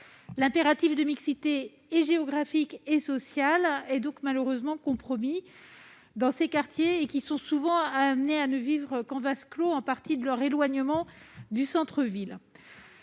L'impératif de mixité géographique et sociale est donc malheureusement compromis dans ces quartiers, qui sont souvent condamnés à vivre en vase clos, en partie du fait de leur éloignement des centres-villes.